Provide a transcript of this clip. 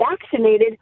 vaccinated